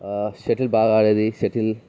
shuttle బాగా ఆడేది shuttle